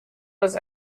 was